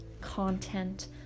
content